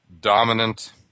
dominant